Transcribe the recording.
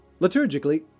Liturgically